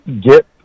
get